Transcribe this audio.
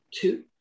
two